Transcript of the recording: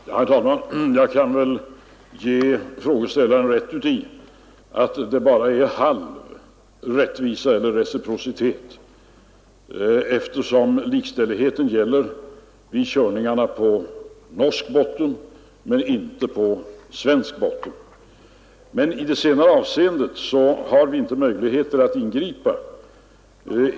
Herr talman! Jag kan väl ge frågeställaren rätt i att det bara är halv rättvisa eller reciprocitet, eftersom likställigheten gäller vid körningar på norsk botten men inte på svensk botten. I det senare avseendet har vi emellertid inte möjligheter att ingripa.